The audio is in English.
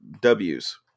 W's